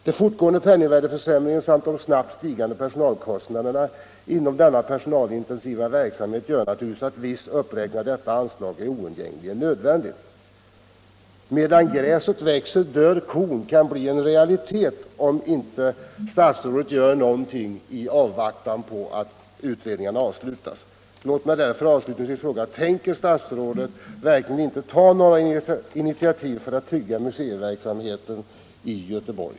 Den fortgående penningvärdeförsämringen samt de snabbt stigande personalkostnaderna inom denna personalintensiva verksamhet gör naturligtvis att viss uppräkning av detta anslag är oundgängligen nödvändigt. Medan gräset växer dör kon — det kan bli en realitet om inte statsrådet gör någonting i avvaktan på att utredningarna avslutas. Jag vill därför till sist fråga: Tänker statsrådet verkligen inte ta några initiativ för att trygga museiverksamheten i Göteborg?